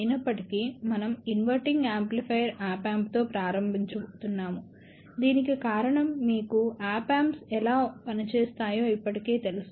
అయినప్పటికీ మనం inverting amplifier op amp తో ప్రారంభించబోతున్నాము దీనికి కారణం మీకు ఆప్ యాంప్స్ ఎలా పనిచేస్తాయో ఇప్పటికే తెలుసు